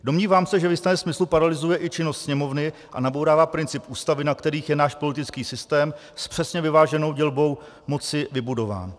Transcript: Domnívám se, že v jistém smyslu paralyzuje i činnost Sněmovny a nabourává principy Ústavy, na kterých je náš politický systém s přesně vyváženou dělbou moci vybudován.